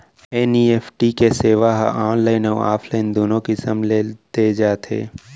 NEFT के सेवा ह ऑनलाइन अउ ऑफलाइन दूनो किसम ले दे जाथे